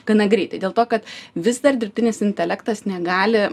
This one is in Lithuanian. gana greitai dėl to kad vis dar dirbtinis intelektas negali